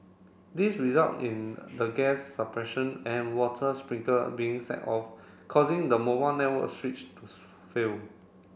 this result in the gas suppression and water sprinkler being set off causing the mobile network switch to fail